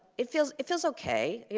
it feels it feels okay. yeah